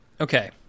Okay